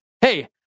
Hey